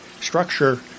structure